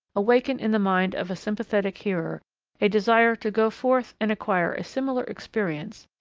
awaken in the mind of a sympathetic hearer a desire to go forth and acquire a similar experience,